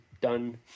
done